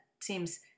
seems